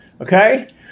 Okay